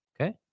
Okay